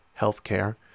healthcare